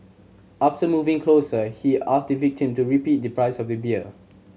after moving closer he asked the victim to repeat the price of the beer